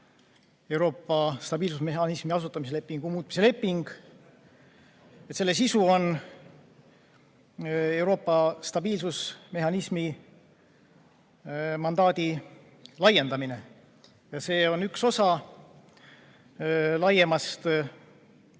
Euroopa stabiilsusmehhanismi asutamislepingu muutmise leping. Eelnõu sisu on Euroopa stabiilsusmehhanismi mandaadi laiendamine. See on üks osa laiemast paketist